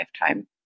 lifetime